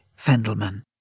Fendelman